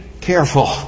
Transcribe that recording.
careful